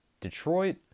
Detroit